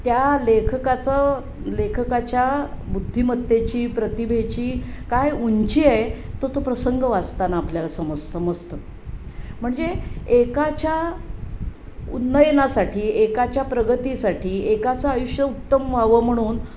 त्या लेखकाचं लेखकाच्या बुद्धिमत्तेची प्रतिभेची काय उंची आहे तो तो प्रसंग वाचताना आपल्याला समजतं समजतं म्हणजे एकाच्या उन्नयनासाठी एकाच्या प्रगतीसाठी एकाचं आयुष्य उत्तम व्हावं म्हणून